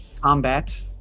combat